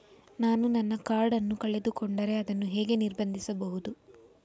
ನಾನು ನನ್ನ ಕಾರ್ಡ್ ಅನ್ನು ಕಳೆದುಕೊಂಡರೆ ಅದನ್ನು ಹೇಗೆ ನಿರ್ಬಂಧಿಸಬಹುದು?